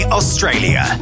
Australia